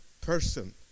person